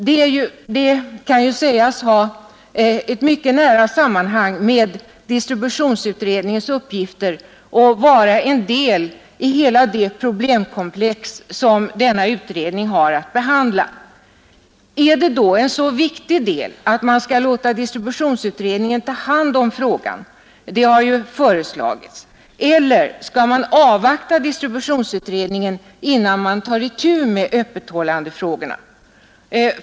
Detta kan sägas ha ett mycket nära samband med distributionsutredningens uppgifter och vara en del i hela det problemkomplex som denna utredning har att behandla. Är det då en så viktig del att man skall låta distributionsutredningen ta hand om frågan såsom det föreslagits, eller skall man avvakta distributionsutredningen innan man tar itu med öppethållandefrågorna?